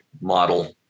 Model